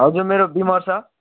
हजुर मेरो बिमर्श